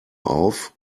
auf